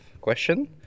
question